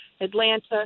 Atlanta